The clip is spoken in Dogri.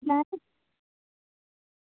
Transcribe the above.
आं